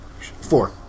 Four